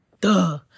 Duh